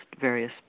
various